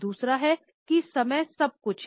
दूसरा है कि समय सब कुछ है